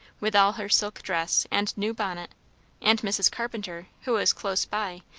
with all her silk dress and new bonnet and mrs. carpenter, who was close by,